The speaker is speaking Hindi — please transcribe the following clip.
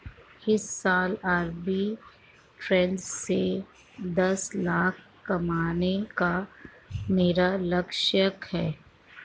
इस साल आरबी ट्रेज़ से दस लाख कमाने का मेरा लक्ष्यांक है